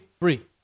free